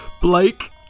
Blake